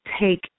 take